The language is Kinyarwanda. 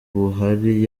buhari